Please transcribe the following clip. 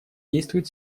действует